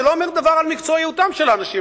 זה לא אומר דבר על מקצועיותם של האנשים,